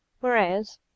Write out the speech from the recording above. Whereas